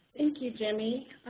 thank you, jimmy.